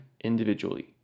individually